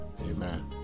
Amen